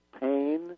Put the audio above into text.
pain